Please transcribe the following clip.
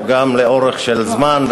גם לאורך הזמן.